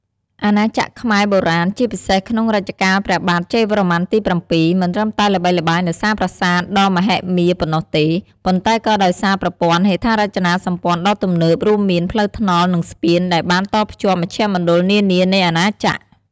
អាណាចក្រខ្មែរបុរាណ ជាពិសេសក្នុងរជ្ជកាលព្រះបាទ ជ័យវរ្ម័នទី៧ មិនត្រឹមតែល្បីល្បាញដោយសារប្រាសាទដ៏មហិមាប៉ុណ្ណោះទេ ប៉ុន្តែក៏ដោយសារប្រព័ន្ធហេដ្ឋារចនាសម្ព័ន្ធដ៏ទំនើប រួមមាន ផ្លូវថ្នល់ និងស្ពាន ដែលបានតភ្ជាប់មជ្ឈមណ្ឌលនានានៃអាណាចក្រ។